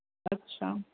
अच्छा